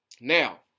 Now